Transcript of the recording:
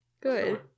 good